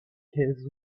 his